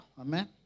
Amen